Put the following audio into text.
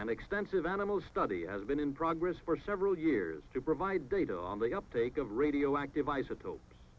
and expensive animals study has been in progress for several years to provide data on the uptake of radioactive isotopes